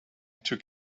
took